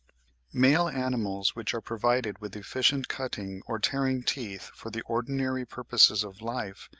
male animals which are provided with efficient cutting or tearing teeth for the ordinary purposes of life,